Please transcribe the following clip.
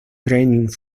training